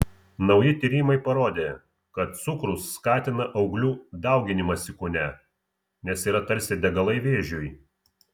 nauji tyrimai parodė kad cukrus skatina auglių dauginimąsi kūne nes yra tarsi degalai vėžiui